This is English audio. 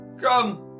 Come